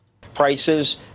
Prices